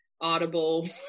audible